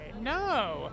No